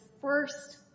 first